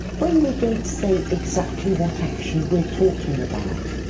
when we don't say exactly what action we're talking about.